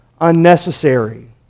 unnecessary